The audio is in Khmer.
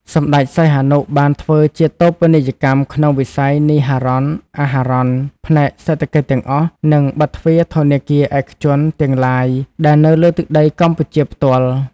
សម្តេច សីហនុបានធ្វើជាតូបនីយកម្មក្នុងវិស័យនីហរ័ណ អាហរ័ណ ផ្នែកសេដ្ឋកិច្ចទាំងអស់ និងបិទទ្វារ ធនាគារឯកជនទាំងឡាយដែលនៅលើទឹកដីកម្ពុជាផ្ទាល់។